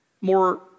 more